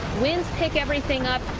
winds pick everything up,